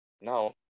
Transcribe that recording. now